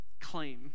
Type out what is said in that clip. claim